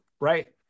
right